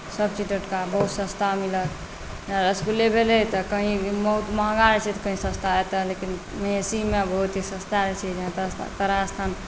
सभचीज टटका बहुत सस्ता मिलत जेना रसगुल्ले भेलै तऽ कहीँ महँगा होइत छै तऽ कहीँ सस्ता एतय लेकिन महिषीमे बहुत ही सस्ता रहैत छै जेना तारास्थान